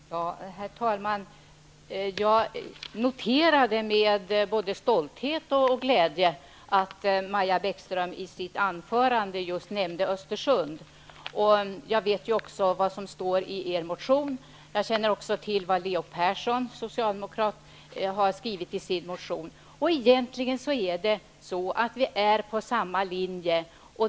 Herr talman! Jag noterade med både stolthet och glädje att Maja Bäckström i sitt anförande nämnde just Östersund. Jag vet vad som står i er motion, och jag känner också till vad socialdemokraten Leo Persson har skrivit i sin motion. Egentligen är vi på samma linje.